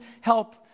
help